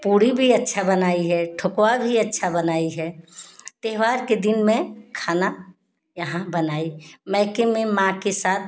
पूड़ी भी अच्छा बनाई है ठेकुआ भी अच्छा बनाई है त्योहार के दिन मैं खाना यहाँ बनाई मायके के में माँ के साथ